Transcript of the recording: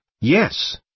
yes